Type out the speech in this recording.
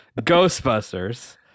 Ghostbusters